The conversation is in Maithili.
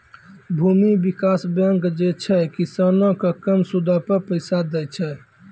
भूमि विकास बैंक जे छै, किसानो के कम सूदो पे पैसा दै छे